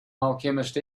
alchemist